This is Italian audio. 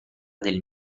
del